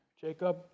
Jacob